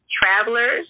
Travelers